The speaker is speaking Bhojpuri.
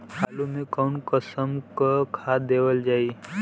आलू मे कऊन कसमक खाद देवल जाई?